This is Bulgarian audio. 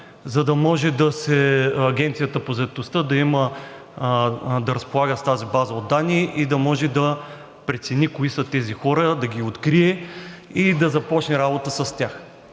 за да може Агенцията по заетостта да разполага с тази база от данни и да може да прецени кои са тези хора, да ги открие и да започне работа с тях.